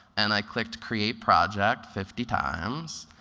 and i clicked create project fifty times.